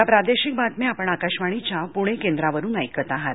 या प्रादेशिक बातम्या आपण आकाशवाणीच्या प्णे केंद्रावरुन ऐकत आहात